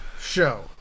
show